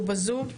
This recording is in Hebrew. הוא בזום.